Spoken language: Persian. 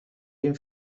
این